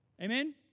Amen